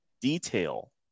detail